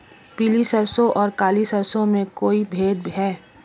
पीली सरसों और काली सरसों में कोई भेद है?